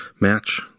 match